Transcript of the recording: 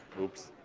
oops.